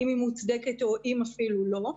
אם היא מוצדקת ואפילו אם לא.